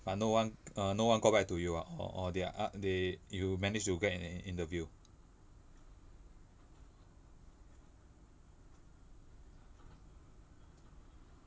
but no one err no one got back to you ah or or they are uh they you managed to get an interview